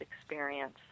experience